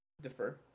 Defer